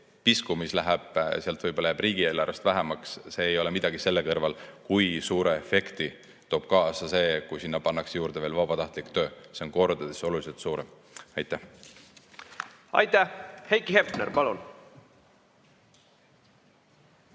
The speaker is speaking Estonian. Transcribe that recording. pisku, mis läheb sealt riigieelarvest vähemaks, see ei ole midagi selle kõrval, kui suure efekti toob kaasa see, kui sinna pannakse juurde veel vabatahtlik töö. See on kordades oluliselt suurem. Aitäh! Aitäh! Heiki Hepner, palun!